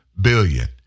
billion